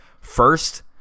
First